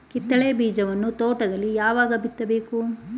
ಕಿತ್ತಳೆ ಬೀಜವನ್ನು ತೋಟದಲ್ಲಿ ಯಾವಾಗ ಬಿತ್ತಬೇಕು?